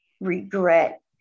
regret